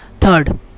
Third